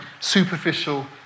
superficial